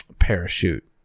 parachute